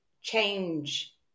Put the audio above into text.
change